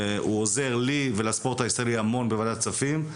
והוא עוזר לי ולספורט הישראלי המון בוועדת כספים.